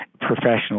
professional